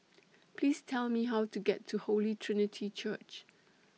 Please Tell Me How to get to Holy Trinity Church